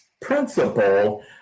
principle